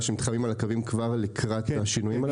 ומתחממים על הקווים כבר לקראת השינויים הללו?